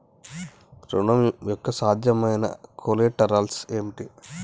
ఋణం యొక్క సాధ్యమైన కొలేటరల్స్ ఏమిటి?